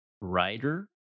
writer